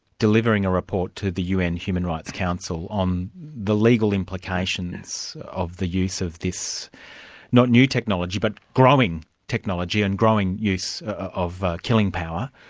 delivering a report to the un human rights council on the legal implications of the use of this not new technology, but growing technology and growing use of killing power.